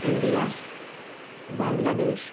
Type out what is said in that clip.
India Bangladesh